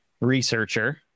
researcher